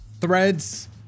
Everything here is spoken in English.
threads